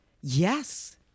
Yes